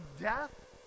death